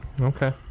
Okay